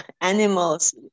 animals